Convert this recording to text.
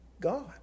God